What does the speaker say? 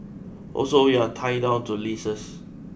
also we are tied down to leases